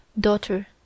Daughter